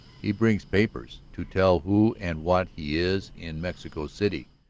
he brings papers to tell who and what he is in mexico city,